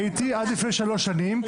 הייתי עד לפני שלוש שנים,